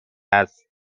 است